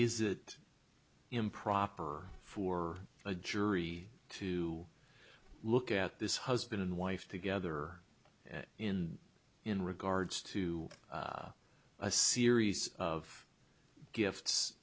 is it improper for a jury to look at this husband and wife together and in in regards to a series of gifts